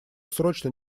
срочно